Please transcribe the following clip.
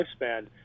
lifespan